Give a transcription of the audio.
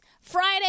Friday